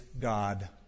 God